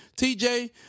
tj